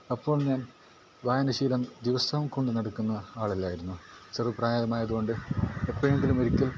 അപ്പോൾ ഞാൻ വായന ശീലം ദിവസവും കൊണ്ട് നടക്കുന്ന ആളല്ലായിരുന്നു ചെറുപ്രായമായത് കൊണ്ട് എപ്പോഴെങ്കിലും ഒരിക്കൽ